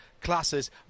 classes